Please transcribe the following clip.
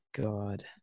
God